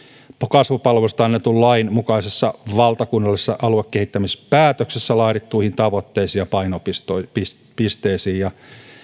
kasvupalveluista annetun lain mukaisessa valtakunnallisessa aluekehittämispäätöksessä laadittuihin tavoitteisiin ja painopisteisiin jotka